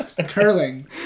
curling